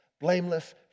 blameless